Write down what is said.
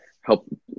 help